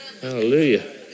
Hallelujah